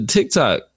TikTok